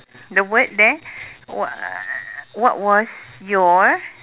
the word there what what was your